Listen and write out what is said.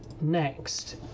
Next